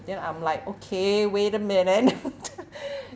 then I'm like okay wait a minute